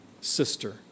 sister